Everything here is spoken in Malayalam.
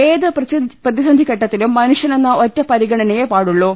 ഏത് പ്രതിസന്ധി ഘട്ടത്തിലും മനുഷ്യനെന്ന ഒറ്റ പരിഗണനയേ പാടുള്ളൂ